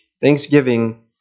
Thanksgiving